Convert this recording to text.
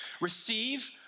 Receive